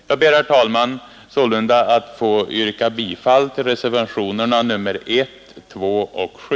Jag ber, herr talman, sålunda att få yrka bifall till reservationerna 1, 2 och 7.